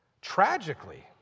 Tragically